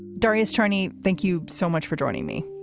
darrius turny, thank you so much for joining me.